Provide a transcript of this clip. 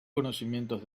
conocimientos